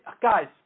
guys